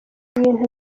ibintu